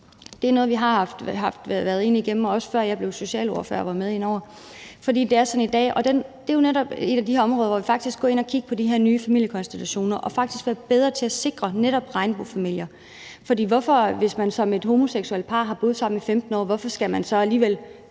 Det er noget, vi har været igennem, også før jeg blev socialordfører og kom med ind over det. For det er sådan i dag, at det jo netop er et af de her områder, hvor vi faktisk går ind og kigger på de her nye familiekonstellationer og bliver bedre til at sikre netop regnbuefamilier. Hvis man som et homoseksuelt par har boet sammen i 15 år, hvorfor skal man så alligevel